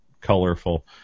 colorful